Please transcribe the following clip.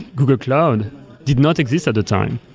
google cloud did not exist at that time.